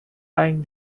eyeing